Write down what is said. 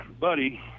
buddy